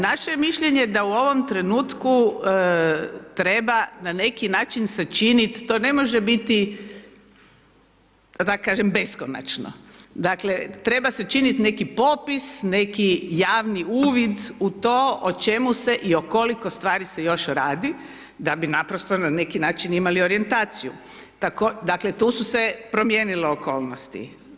Naše je mišljenje da u ovom trenutku treba na neki način sačinit, to ne može biti da kažem beskonačno, dakle treba sačinit neki popis, neki javni uvid u to o čemu se i o koliko stvari se još radi da bi naprosto na neki način imali orijentaciju, dakle tu su se promijenile okolnosti.